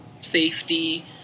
safety